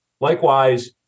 Likewise